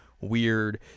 weird